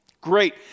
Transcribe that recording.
Great